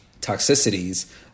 toxicities